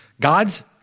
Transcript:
God's